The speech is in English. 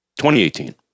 2018